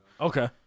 Okay